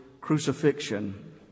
crucifixion